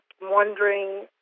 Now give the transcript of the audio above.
wondering